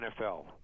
NFL